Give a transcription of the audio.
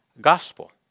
gospel